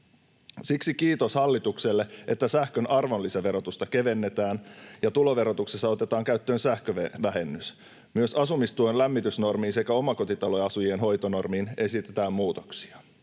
Siksi kiitos hallitukselle, että sähkön arvonlisäverotusta kevennetään ja tuloverotuksessa otetaan käyttöön sähkövähennys. Myös asumistuen lämmitysnormiin sekä omakotitaloasujien hoitonormiin esitetään muutoksia.